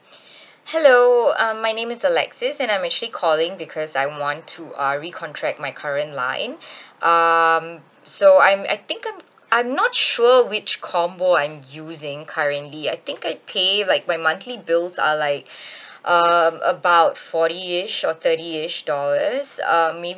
hello um my name is alexis I'm actually calling because I want to uh recontract my current line um so I'm I think I'm I'm not sure which combo I'm using currently I think I pay like my monthly bills are like um about forty ish or thirty ish dollars um maybe